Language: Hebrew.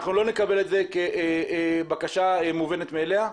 אנחנו לא נקבל את זה כבקשה מובנת מאליה.